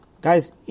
Guys